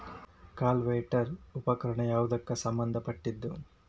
Cultivator ಉಪಕರಣ ಯಾವದಕ್ಕ ಸಂಬಂಧ ಪಟ್ಟಿದ್ದು?